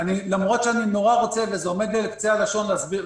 למרות שאני נורא רוצה וזה עומד לי על קצה הלשון להסביר,